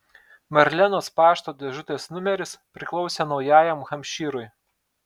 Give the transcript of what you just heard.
marlenos pašto dėžutės numeris priklausė naujajam hampšyrui